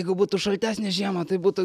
jeigu būtų šaltesnė žiema tai būtų